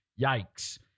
Yikes